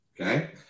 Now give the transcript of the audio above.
Okay